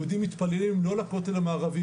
יהודים מתפללים לא לכותל המערבי,